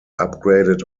upgraded